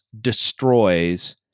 destroys